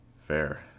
Fair